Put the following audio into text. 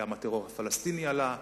גם הטרור הפלסטיני עלה,